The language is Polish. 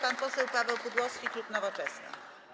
Pan poseł Paweł Pudłowski, klub Nowoczesna.